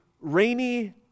rainy